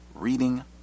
reading